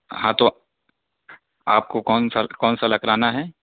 ہاں تو آپ کو کون سا کون سا لترانا ہے